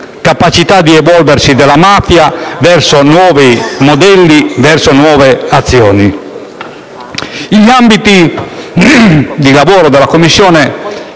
capacità di evolversi della mafia verso nuovi modelli e nuove azioni. Gli ambiti di lavoro della Commissione